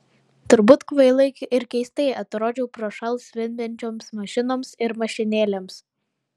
turbūt kvailai ir keistai atrodžiau prošal zvimbiančioms mašinoms ir mašinėlėms